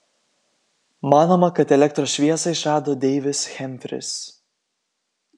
manoma kad elektros šviesą išrado deivis hemfris